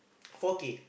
four-K